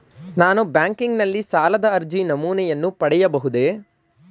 ನಾನು ಬ್ಯಾಂಕಿನಲ್ಲಿ ಸಾಲದ ಅರ್ಜಿ ನಮೂನೆಯನ್ನು ಪಡೆಯಬಹುದೇ?